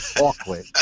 Awkward